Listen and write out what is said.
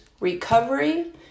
recovery